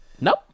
nope